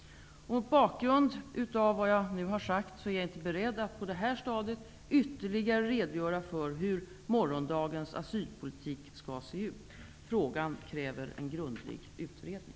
Mot bakgrund av vad jag nu sagt är jag inte beredd att på det här stadiet ytterligare redogöra för hur morgondagens asylpolitik skall se ut. Frågan kräver en grundlig utredning.